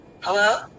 hello